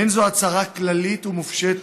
אין זו הצהרה כללית ומופשטת.